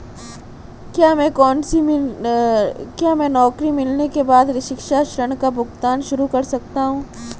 क्या मैं नौकरी मिलने के बाद शिक्षा ऋण का भुगतान शुरू कर सकता हूँ?